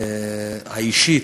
האישית,